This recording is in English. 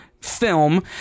film